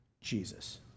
Jesus